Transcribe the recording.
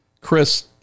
chris